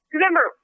Remember